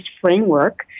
framework